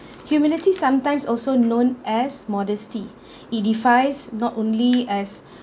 humility sometimes also known as modesty it defies not only as